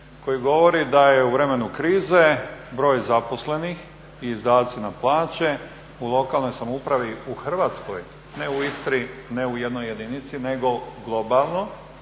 koji govori da je u vremenu krize broj zaposlenih i izdaci na plaće u lokalnoj samoupravi u Hrvatskoj, ne u Istri, ne u jednoj jedinici, nego globalno,